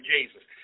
Jesus